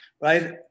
right